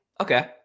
Okay